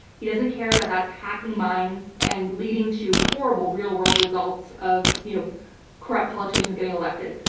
he doesn't care that that's hacking minds and leading to horrible real world results of you know corrupt politicians getting elected.